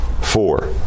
four